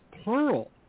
plural